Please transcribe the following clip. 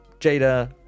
Jada